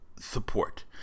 Support